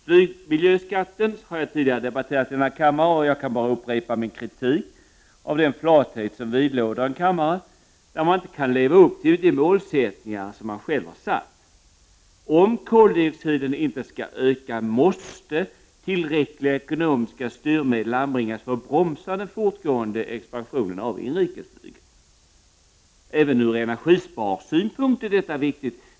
Flygmiljöskatten har jag tidigare debatterat i denna kammare, och jag kan bara upprepa min kritik av den flathet som vidlåder en kammare, där man inte kan leva upp till de målsättningar man själv har satt. Om koldioxidutsläppen inte skall öka, måste tillräckliga ekonomiska styrmedel anbringas för att bromsa den fortgående expansionen av inrikesflyget. Även ur energisparsynpunkt är detta viktigt.